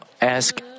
ask